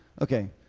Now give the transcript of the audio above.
Okay